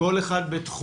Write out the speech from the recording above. כל אחד בתחומו.